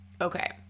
okay